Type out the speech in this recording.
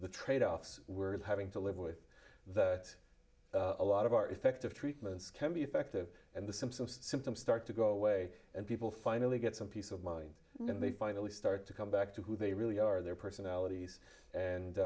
the tradeoffs we're having to live with that a lot of our effective treatments can be effective and the symptoms symptoms start to go away and people finally get some peace of mind when they finally start to come back to who they really are their personalities and